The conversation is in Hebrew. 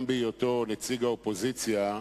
גם בהיותו נציג האופוזיציה,